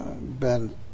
Ben